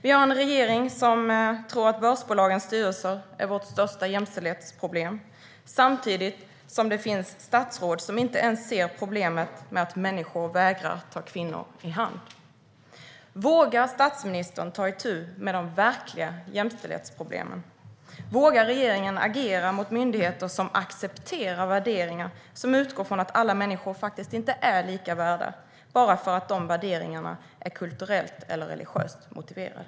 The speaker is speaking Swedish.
Vi har en regering som tror att börsbolagens styrelser är vårt största jämställdhetsproblem, samtidigt som det finns statsråd som inte ens ser problemet med att människor vägrar att ta kvinnor i hand. Vågar statsministern ta itu med de verkliga jämställdhetsproblemen? Vågar regeringen agera mot myndigheter som accepterar värderingar som utgår från att alla människor faktiskt inte är lika värda bara för att dessa värderingar är kulturellt eller religiöst motiverade?